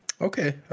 Okay